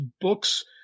books